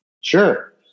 Sure